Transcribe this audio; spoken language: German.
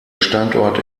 standort